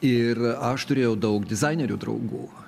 ir aš turėjau daug dizainerių draugų